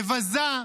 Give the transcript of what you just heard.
מבזה,